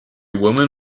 woman